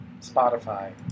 Spotify